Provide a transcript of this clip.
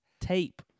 Tape